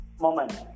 moment